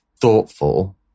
thoughtful